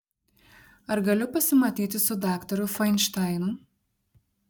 ar galiu pasimatyti su daktaru fainšteinu